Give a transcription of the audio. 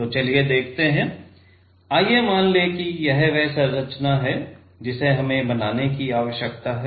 तो चलिए देखते हैं आइए मान लें कि यह वह संरचना है जिसे हमें बनाने की आवश्यकता है